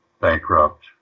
bankrupt